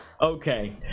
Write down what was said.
Okay